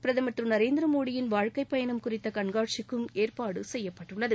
பிரதமா் திரு நரேந்திர மோடியின் வாழ்க்கை பயணம் குறித்த கண்காட்சிக்கும் ஏற்பாடு செய்யப்பட்டுள்ளது